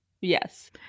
Yes